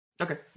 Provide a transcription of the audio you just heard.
okay